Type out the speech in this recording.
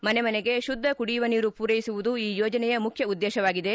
ಮನೆಮನೆಗೆ ಶುದ್ದ ಕುಡಿಯುವ ನೀರು ಪೂರೈಸುವುದು ಈ ಯೋಜನೆಯ ಮುಖ್ಯ ಉದ್ದೇಶವಾಗಿದೆ